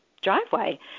driveway